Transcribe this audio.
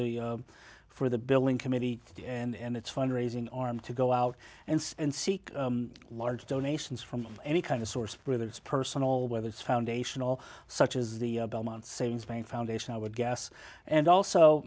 the for the building committee and its fundraising arm to go out and seek large donations from any kind of source brothers personal whether its foundation all such as the belmont savings bank foundation i would guess and also